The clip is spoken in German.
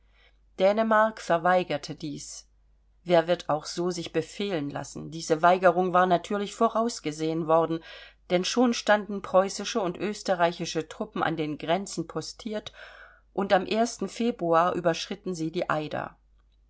dänemark verweigerte dies wer wird auch so sich befehlen lassen diese weigerung war natürlich vorausgesehen worden denn schon standen preußische und österreichische truppen an den grenzen postiert und am februar überschritten sie die eider